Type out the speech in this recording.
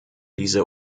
diese